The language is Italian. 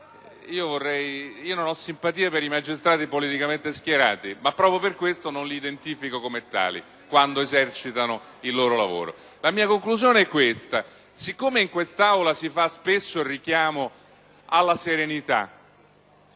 Non ho simpatia per i magistrati politicamente schierati, ma proprio per questo non li identifico come tali quando esercitano il loro lavoro. La mia conclusione è questa. Siccome in Aula ci si richiama spesso alla serenità,